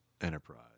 Enterprise